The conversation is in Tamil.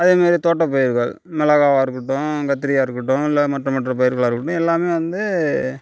அதே மாதிரி தோட்ட பயிர்கள் மிளகாவா இருக்கட்டும் கத்திரியாக இருக்கட்டும் இல்லை மற்ற மற்ற பயிர்களாக இருக்கட்டும் எல்லாம் வந்து